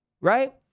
right